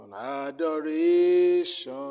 adoration